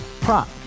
Prop